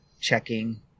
checking